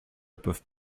peuvent